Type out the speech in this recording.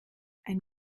ein